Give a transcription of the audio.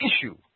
issue